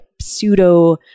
pseudo